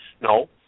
no